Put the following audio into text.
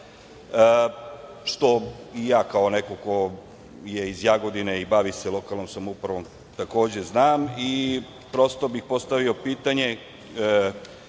što i ja, kao neko ko je iz Jagodine i bavi se lokalnom samoupravom, takođe znam i prosto bih postavio pitanje